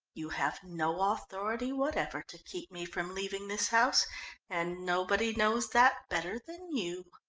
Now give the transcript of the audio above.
you have no authority whatever to keep me from leaving this house and nobody knows that better than you.